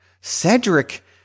Cedric